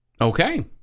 Okay